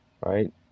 right